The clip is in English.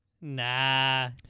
Nah